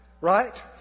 Right